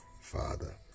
Father